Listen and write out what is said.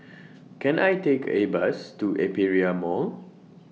Can I Take A Bus to Aperia Mall